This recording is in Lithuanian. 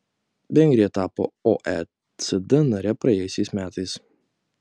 vengrija tapo oecd nare praėjusiais metais